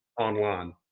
online